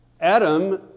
Adam